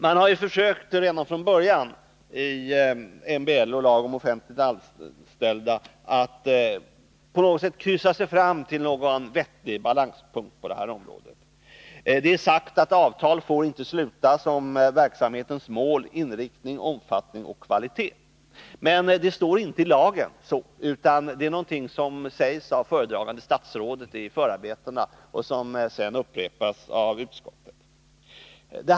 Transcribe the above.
Man har redan från början försökt att i MBL och lagen om offentligt anställda på något sätt kryssa sig fram till en vettig balans. Det är sagt att avtal inte får slutas om verksamhetens mål, inriktning, omfattning och kvalitet, men det står inte så i lagen, utan det är någonting som sägs av föredragande statsrådet i förarbetena och som sedan upprepas av utskottet.